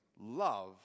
love